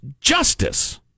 justice